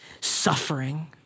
Suffering